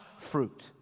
fruit